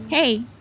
Hey